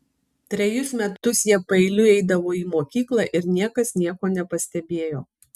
trejus metus jie paeiliui eidavo į mokyklą ir niekas nieko nepastebėjo